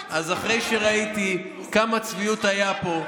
אז אחרי שראיתי כמה צביעות הייתה פה,